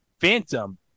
Phantom